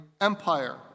Empire